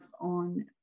on